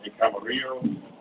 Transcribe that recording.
Camarillo